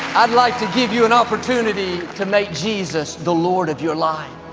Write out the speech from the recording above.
i'd like to give you an opportunity to make jesus the lord of your life.